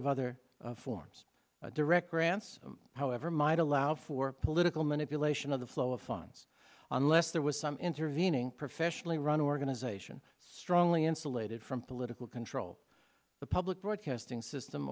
of other forms direct grants however might allow for political manipulation of the flow of funds unless there was some intervening professionally run organization strongly insulated from political control the public broadcasting system